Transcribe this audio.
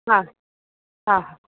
हा हा हा